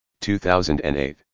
2008